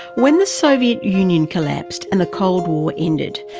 when the soviet union collapsed and the cold war ended,